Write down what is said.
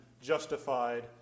justified